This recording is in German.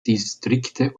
distrikte